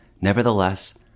Nevertheless